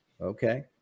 Okay